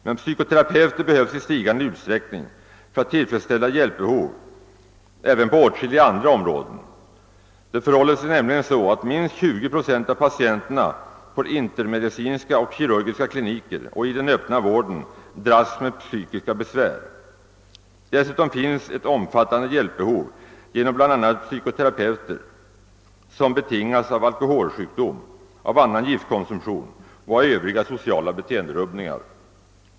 Men psykoterapeuter behövs i stigande utsträckning för att tillfredsställa hjälpbehov även på åtskilliga andra områden. Det förhåller sig nämligen så att minst 20 procent av patienterna på intermedicinska och kirurgiska kliniker samt i den öppna vården dras med psykiska besvär. Dessutom finns det ett omfattande behov av hjälp genom bl.a. psykoterapeuter, betingat av alkoholsjukdom och annan giftkonsumtion samt av övriga sociala beteenderubbningar.